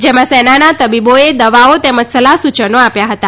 જેમાં સેનાના તબીબોએ દવાઓ તેમજ સલાફ સૂચનો આપ્યા હતા